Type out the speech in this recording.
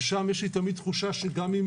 ושם תמיד יש לי תחושה שגם אם